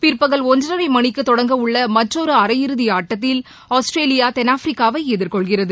பிற்பகல் ஒன்றரை மணிக்கு தொடங்க உள்ள மற்றொரு அரை இறுதி ஆட்டத்தில் ஆஸ்திரேலியா தென்னாப்பிரிக்காவை எதிர்கொள்கிறது